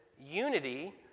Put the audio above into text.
unity